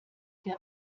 der